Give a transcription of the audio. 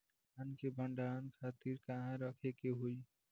धान के भंडारन खातिर कहाँरखे के होई?